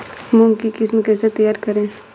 मूंग की किस्म कैसे तैयार करें?